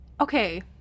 okay